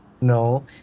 No